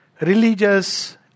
religious